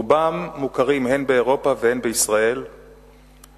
רובם מוכרים הן באירופה והן בישראל בעקבות